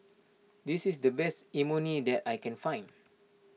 this is the best Imoni that I can find